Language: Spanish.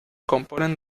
componen